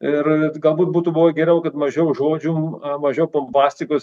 ir galbūt būtų buvę geriau kad mažiau žodžių mažiau pompastikos